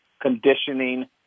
Conditioning